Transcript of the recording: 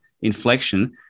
inflection